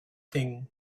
thing